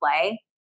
play